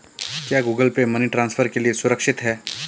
क्या Google Pay money transfer के लिए सुरक्षित है?